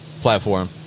platform